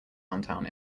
downtown